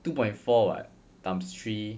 two point four [what] times three